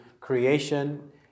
creation